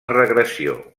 regressió